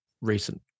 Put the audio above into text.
recent